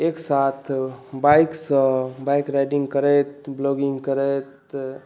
एक साथ बाइक सँ बाइक राइडिंग करैत ब्लॉगिंग करैत